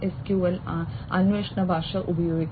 NoSQL അന്വേഷണ ഭാഷ ഉപയോഗിക്കാം